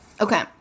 okay